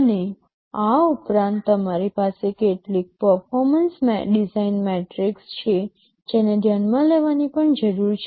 અને આ ઉપરાંત તમારી પાસે કેટલીક પર્ફોર્મન્સ ડિઝાઇન મેટ્રિક્સ છે જેને ધ્યાનમાં લેવાની પણ જરૂર છે